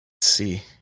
see